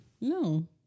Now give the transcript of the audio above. No